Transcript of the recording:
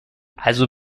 also